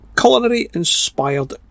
culinary-inspired